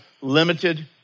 limited